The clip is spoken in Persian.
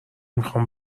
میخام